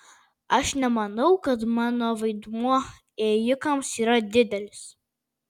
aš nemanau kad mano vaidmuo ėjikams yra didelis